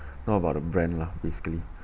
not about the brand lah basically